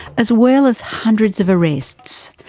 as well as hundreds of arrests.